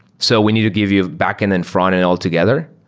so we need to give you backend and frontend altogether.